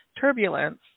turbulence